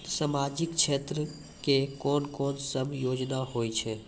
समाजिक क्षेत्र के कोन सब योजना होय छै?